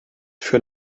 für